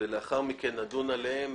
אחר כך לדון עליהם,